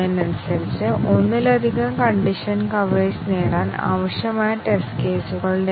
എന്നാൽ മറ്റ് conditional testing രീതികളുണ്ട്